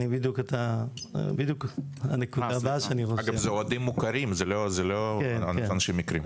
אגב, זה אוהדים מוכרים, זה לא אנשים מקריים.